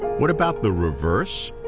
what about the reverse?